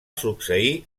succeir